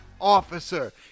officer